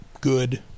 good